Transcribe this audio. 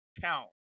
count